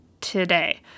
today